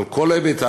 על כל היבטיו,